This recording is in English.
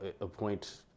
appoint